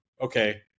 Okay